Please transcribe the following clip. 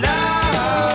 Love